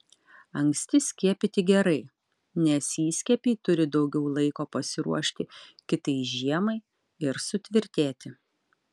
anksti skiepyti gerai nes įskiepiai turi daugiau laiko pasiruošti kitai žiemai ir sutvirtėti